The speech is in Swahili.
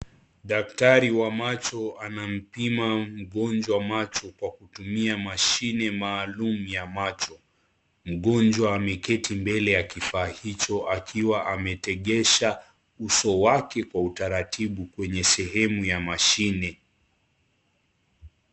Daktari wa macho anampima mgonjwa macho Kwa kutumia mashine maalum ya macho. Mgonjwa ameketi mbele ya kifaa hicho akiwa ametegesha uso wake Kwa utaratibu kwenye sehemu ya mashine.